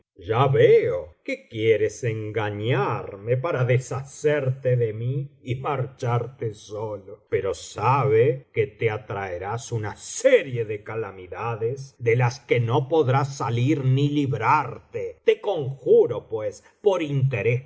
ya veo que quieres engañarme para deshacerte de mí y marcharte solo pero sabe que te atraerás una serie de calamidades de las que no podrás salir ni librarte te conjuro pues por interés